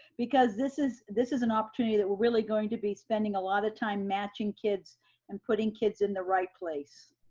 because this is this is an opportunity that we're really going to be spending a lot of time matching kids and putting kids in the right place.